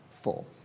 Full